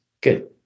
Good